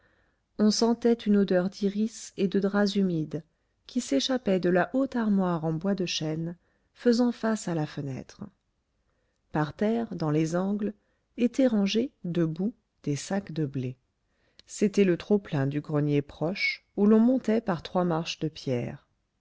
on sentait une odeur d'iris et de draps humides qui s'échappait de la haute armoire en bois de chêne faisant face à la fenêtre par terre dans les angles étaient rangés debout des sacs de blé c'était le trop-plein du grenier proche où l'on montait par trois marches de pierre